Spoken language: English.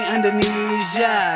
Indonesia